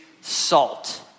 salt